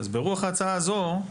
אז ברוח ההצעה הזו,